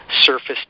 surface